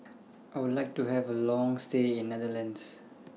I Would like to Have A Long stay in Netherlands